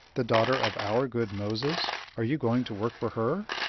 the daughter of our good moses. are you going to work for her?